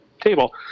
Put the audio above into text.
table